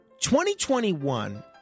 2021